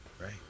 Right